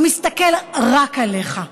הוא מסתכל רק עליך,